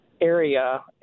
area